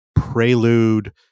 prelude